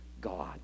God